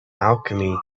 alchemy